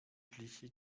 schliche